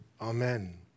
Amen